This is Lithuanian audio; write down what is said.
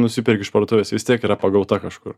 nusiperki iš parduotuvės vis tiek yra pagauta kažkur